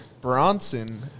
Bronson